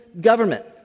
government